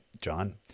John